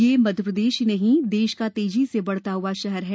यह मध्य प्रदेश ही नहीं देश का तेजी से बढ़ता हुआ शहर है